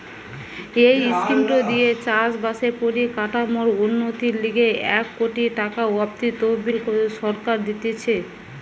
এই স্কিমটো দিয়ে চাষ বাসের পরিকাঠামোর উন্নতির লিগে এক কোটি টাকা অব্দি তহবিল সরকার দিতেছে